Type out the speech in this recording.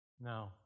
No